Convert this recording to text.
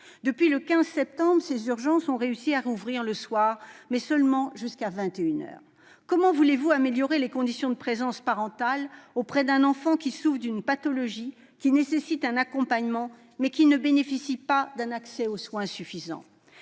Depuis le 15 septembre dernier, ces urgences ont réussi à rouvrir le soir, mais seulement jusqu'à 21 heures. Comment améliorer les conditions de présence parentale auprès d'un enfant qui souffre d'une pathologie nécessitant un accompagnement, mais qui ne bénéficie pas d'un accès aux soins suffisant ?